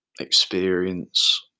experience